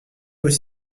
aux